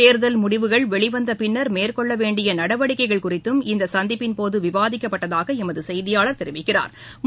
தோதல் முடிவுகள் வெளி வந்த பின்னா் மேற்கொள்ள வேண்டிய நடவடிக்கைகள் குறித்தும் இந்த சந்திப்பின்போது விவாதிக்கப்பட்டதாக எமது செய்தியாளா் தெரிவிக்கிறாா்